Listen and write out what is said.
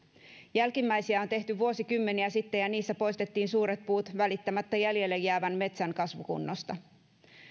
jälkimmäisiä on tehty vuosikymmeniä sitten ja niissä poistettiin suuret puut välittämättä jäljelle jäävän metsän kasvukunnosta myös